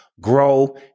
grow